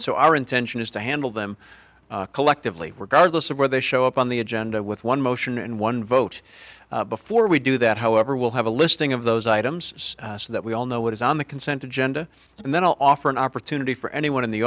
so our intention is to handle them collectively regardless of where they show up on the agenda with one motion and one vote before we do that however we'll have a listing of those items that we all know what is on the consent agenda and then i'll offer an opportunity for anyone in the